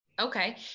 Okay